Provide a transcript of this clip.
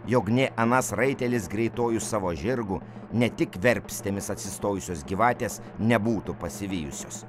jog nė anas raitelis greituoju savo žirgu ne tik verpstėmis atsistojusios gyvatės nebūtų pasivijusios